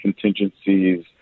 contingencies